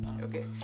okay